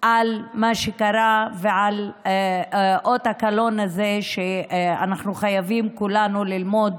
על מה שקרה ועל אות הקלון הזה שאנחנו חייבים כולנו ללמוד.